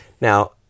Now